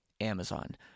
Amazon